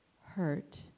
hurt